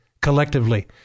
collectively